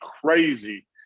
crazy